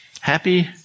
happy